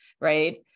right